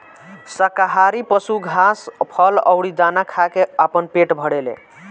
शाकाहारी पशु घास, फल अउरी दाना खा के आपन पेट भरेले